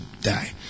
die